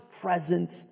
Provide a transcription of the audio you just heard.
presence